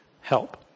help